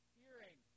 hearing